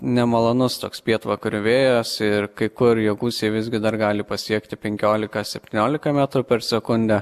nemalonus toks pietvakarių vėjas ir kai kur jo gūsiai visgi dar gali pasiekti penkiolika septyniolika metrų per sekundę